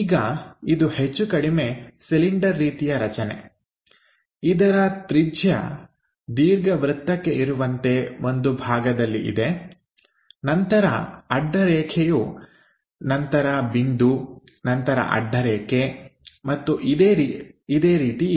ಈಗ ಇದು ಹೆಚ್ಚುಕಡಿಮೆ ಸಿಲಿಂಡರ್ ರೀತಿಯ ರಚನೆ ಇದರ ತ್ರಿಜ್ಯ ದೀರ್ಘವೃತ್ತಕ್ಕೆ ಇರುವಂತೆ ಒಂದು ಭಾಗದಲ್ಲಿ ಇದೆ ನಂತರ ಅಡ್ಡ ರೇಖೆಯು ನಂತರ ಬಿಂದು ನಂತರ ಅಡ್ಡ ರೇಖೆ ಮತ್ತು ಇದೇ ರೀತಿ ಇದೆ